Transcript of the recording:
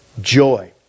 joy